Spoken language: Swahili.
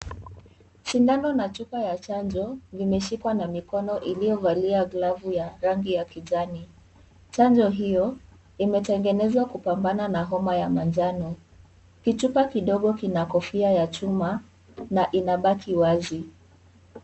Shindano na chupa ya chanjo zimeshikwa na mkono iliyovaliwa glavu ya rangi ya kijani chanjo hiyo imetengenezwa kuoambana na homa ya manjano. kichupa kidogo kina kofia ya chuma na inabaki waazi.